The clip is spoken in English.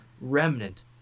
remnant